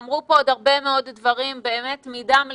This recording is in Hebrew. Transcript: אמרו פה עוד הרבה מאוד דברים, באמת מדם ליבם,